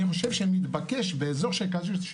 אני חושב מתבקש באזור כזה,